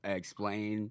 explain